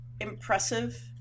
impressive